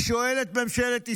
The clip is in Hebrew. אני שואל את ממשלת ישראל: